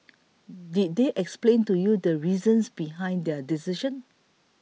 did they explain to you the reasons behind their decision